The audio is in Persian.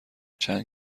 چند